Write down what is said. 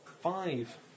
Five